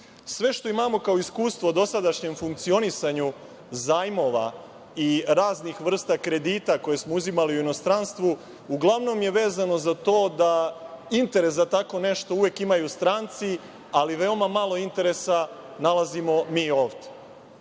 Sve što imamo kao iskustvo o dosadašnjem funkcionisanju zajmova i raznih vrsta kredita koje smo uzimali u inostranstvu uglavnom je vezano za to interes za tako nešto uvek imaju stranci, ali veoma malo interesa nalazimo mi